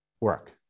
work